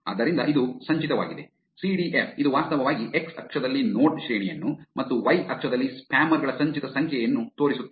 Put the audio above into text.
ಆದ್ದರಿಂದ ಇದು ಸಂಚಿತವಾಗಿದೆ ಸಿಡಿಎಫ್ ಇದು ವಾಸ್ತವವಾಗಿ ಎಕ್ಸ್ ಅಕ್ಷದಲ್ಲಿ ನೋಡ್ ಶ್ರೇಣಿಯನ್ನು ಮತ್ತು ವೈ ಅಕ್ಷದಲ್ಲಿ ಸ್ಪ್ಯಾಮರ್ ಗಳ ಸಂಚಿತ ಸಂಖ್ಯೆಯನ್ನು ತೋರಿಸುತ್ತದೆ